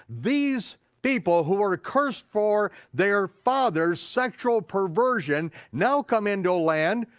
these people who were cursed for their father's sexual perversion now come into a land,